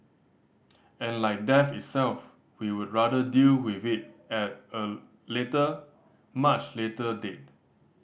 and like death itself we would rather deal with it at a later much later date